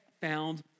found